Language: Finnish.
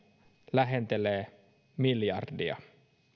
lähentelee miljardia